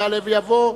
יעלה ויבוא,